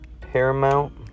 paramount